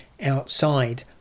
outside